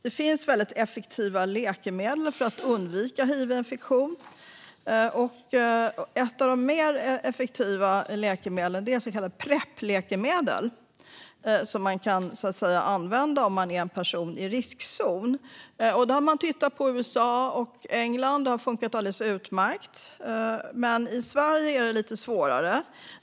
Det finns effektiva läkemedel för att undvika hivinfektion, och ett av de mer effektiva är så kallade Prep-läkemedel, som kan användas om man är en person i riskzon. Man har tittat på detta i USA och England och sett att det har funkat alldeles utmärkt, men i Sverige är det lite svårare.